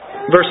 Verse